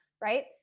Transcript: right